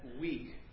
weak